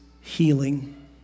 healing